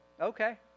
Okay